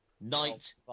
knight